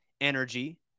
energy